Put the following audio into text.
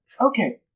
Okay